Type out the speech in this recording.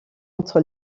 entre